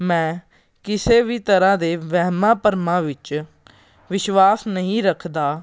ਮੈਂ ਕਿਸੇ ਵੀ ਤਰ੍ਹਾਂ ਦੇ ਵਹਿਮਾਂ ਭਰਮਾਂ ਵਿੱਚ ਵਿਸ਼ਵਾਸ ਨਹੀਂ ਰੱਖਦਾ